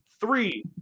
Three